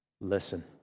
listen